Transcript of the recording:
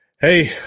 Hey